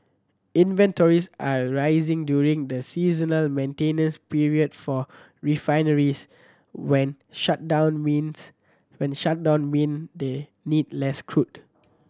inventories are rising during the seasonal maintenance period for refineries when shutdown means when shutdowns mean they need less crude